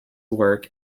work